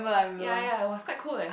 ya ya ya it was quite cold leh